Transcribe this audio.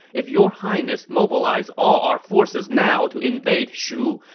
if your highness mobilize all our forces now to invade shu,